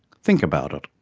think about it.